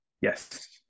Yes